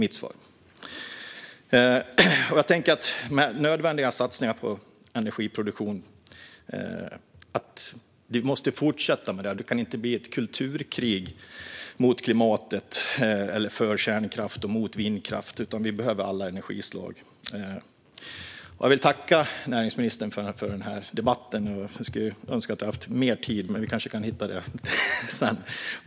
Sedan var det frågan om nödvändiga satsningar på energiproduktion. Vi måste fortsätta. Det kan inte bli ett kulturkrig mot klimatet, eller för kärnkraft och mot vindkraft, utan vi behöver alla energislag. Jag vill tacka näringsministern för debatten, och jag önskar att vi hade haft mer tid. Men vi kanske kan hitta det senare.